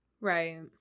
Right